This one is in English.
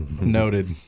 noted